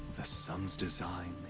the sun's design,